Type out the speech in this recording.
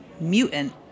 mutant